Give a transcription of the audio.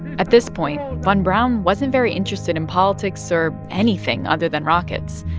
at this point, von braun wasn't very interested in politics or anything other than rockets.